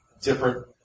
different